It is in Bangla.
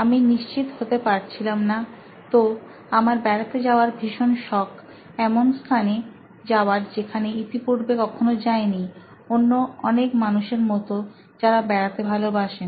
আমি নিশ্চিত হতে পারছিলাম না তো আমার বেড়াতে যাওয়ার ভীষণ শখ এমন স্থানে যাওয়ার যেখানে ইতিপূর্বে কখনো যাইনি অন্য অনেক মানুষের মতো যারা বেড়াতে ভালোবাসেন